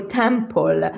temple